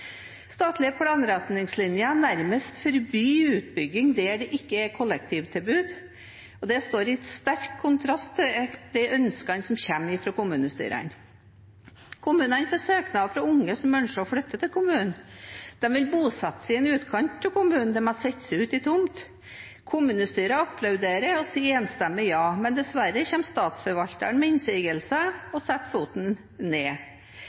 Statlige planretningslinjer nærmest forbyr utbygging der det ikke er kollektivtilbud. Det står i sterk kontrast til de ønskene som kommer fra kommunestyrene. Kommunene får søknader fra unge som ønsker å flytte til kommunen. De vil bosette seg i en utkant av kommunen, og de har sett seg ut en tomt. Kommunestyret applauderer og sier enstemmig ja, men dessverre kommer Statsforvalteren med innsigelser og setter foten ned.